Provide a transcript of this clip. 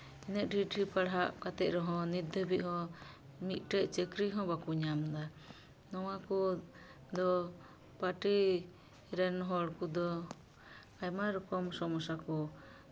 ᱛᱤᱱᱟᱹᱜ ᱰᱷᱮᱨ ᱰᱷᱮᱨ ᱯᱟᱲᱦᱟᱜ ᱠᱟᱛᱮᱫ ᱨᱮᱦᱚᱸ ᱱᱤᱛ ᱫᱷᱟᱹᱵᱤᱡ ᱦᱚᱸ ᱢᱤᱫᱴᱮᱡ ᱪᱟᱹᱠᱨᱤ ᱦᱚᱸ ᱵᱟᱠᱚ ᱧᱟᱢᱫᱟ ᱱᱚᱣᱟ ᱠᱚᱫᱚ ᱯᱟᱨᱴᱤ ᱨᱮᱱ ᱦᱚᱲ ᱠᱚᱫᱚ ᱟᱭᱢᱟ ᱨᱚᱠᱚᱢ ᱥᱚᱢᱚᱥᱥᱟ ᱠᱚ